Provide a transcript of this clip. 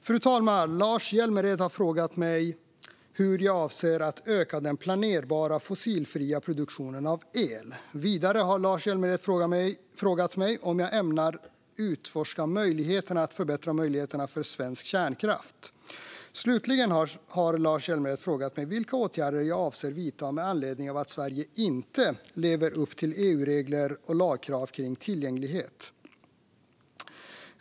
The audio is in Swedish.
Fru talman! Lars Hjälmered har frågat mig hur jag avser att öka den planerbara fossilfria produktionen av el. Vidare har Lars Hjälmered frågat mig om jag ämnar utforska möjligheterna att förbättra möjligheterna för svensk kärnkraft. Slutligen har Lars Hjälmered frågat mig vilka åtgärder jag avser att vidta med anledning av att Sverige inte lever upp till EU-regler och lagkrav kring tillgänglighet.